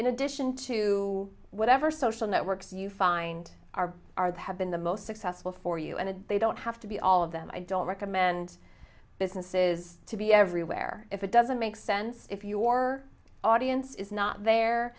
in addition to whatever social networks you find are are they have been the most successful for you and they don't have to be all of them i don't recommend businesses to be everywhere if it doesn't make sense if your audience is not there